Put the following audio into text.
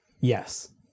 Yes